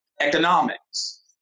economics